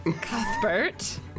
Cuthbert